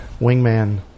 wingman